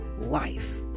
life